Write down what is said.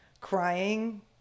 crying